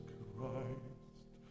Christ